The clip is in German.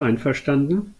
einverstanden